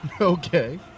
Okay